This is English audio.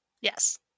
Yes